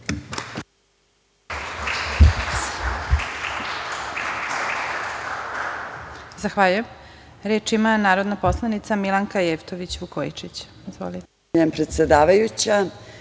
Zahvaljujem. Reč ima narodna poslanica Milanka Jevtović Vukojičić. Izvolite.